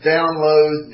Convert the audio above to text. Download